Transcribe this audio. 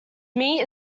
meat